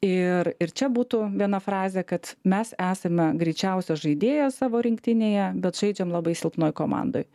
ir ir čia būtų viena frazė kad mes esame greičiausias žaidėjas savo rinktinėje bet žaidžiam labai silpnoj komandoj